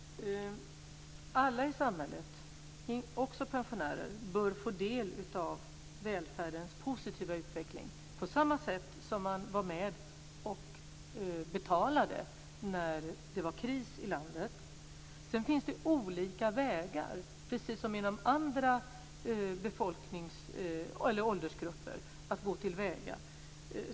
Fru talman! Alla i samhället, också pensionärer, bör få del av välfärdens positiva utveckling - på samma sätt som man var med och betalade när det var kris i landet. Sedan finns det olika sätt, precis som när det gäller andra åldersgrupper, att gå till väga.